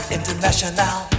International